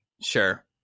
Sure